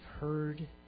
heard